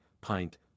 pint